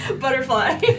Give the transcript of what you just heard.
Butterfly